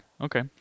Okay